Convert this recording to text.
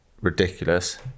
ridiculous